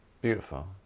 Beautiful